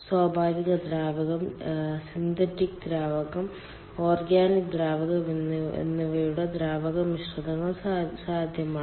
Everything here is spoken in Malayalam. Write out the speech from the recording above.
സ്വാഭാവിക ദ്രാവകം സിന്തറ്റിക് ദ്രാവകം ഓർഗാനിക് ദ്രാവകം എന്നിവയും ദ്രാവക മിശ്രിതങ്ങളും സാധ്യമാണ്